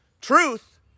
Truth